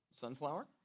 Sunflower